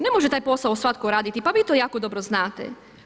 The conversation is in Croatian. Ne može taj posao svatko raditi pa vi to jako dobro znate.